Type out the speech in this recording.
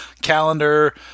calendar